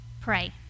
Pray